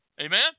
Amen